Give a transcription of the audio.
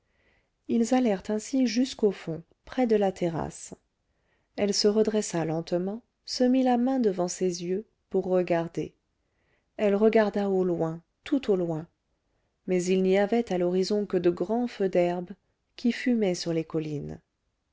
ils allèrent ainsi jusqu'au fond près de la terrasse elle se redressa lentement se mit la main devant ses yeux pour regarder elle regarda au loin tout au loin mais il n'y avait à l'horizon que de grands feux d'herbe qui fumaient sur les collines